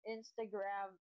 Instagram